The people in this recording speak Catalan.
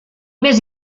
més